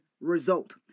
result